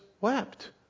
wept